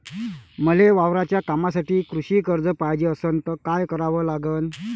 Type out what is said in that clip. मले वावराच्या कामासाठी कृषी कर्ज पायजे असनं त काय कराव लागन?